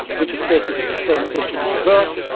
which is basically the same thing in reverse,